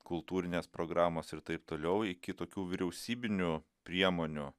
kultūrinės programos ir taip toliau iki tokių vyriausybinių priemonių